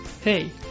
Hey